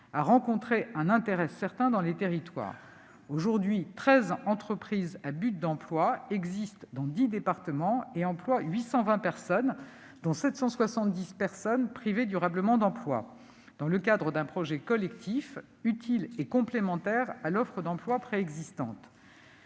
a rencontré un intérêt certain dans les territoires. Aujourd'hui, treize entreprises à but d'emploi (EBE) existent dans dix départements et emploient 820 personnes, dont 770 personnes privées durablement d'emploi (PPDE), dans le cadre d'un projet collectif utile et complémentaire de l'offre d'emploi préexistante.